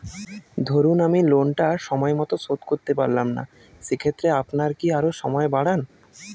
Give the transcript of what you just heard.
ধরুন আমি লোনটা সময় মত শোধ করতে পারলাম না সেক্ষেত্রে আপনার কি আরো সময় বাড়ান?